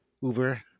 Uber